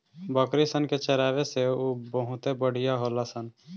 बकरी सन के चरावे से उ बहुते बढ़िया होली सन